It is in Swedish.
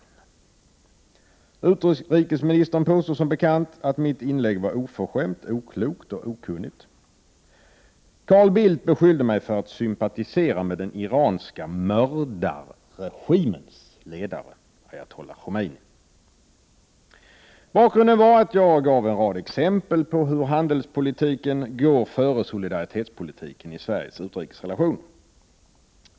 Utrikesministern påstod som bekant att mitt inlägg var ”oförskämt, oklokt och okunnigt”. Carl Bildt beskyllde mig för att sympatisera med den iranska mördarregimens ledare, ayatollah Khomeini. Bakgrunden var att jag gav en rad exempel på hur handelspolitiken går före solidaritetspolitiken i Sveriges utrikesrelationer.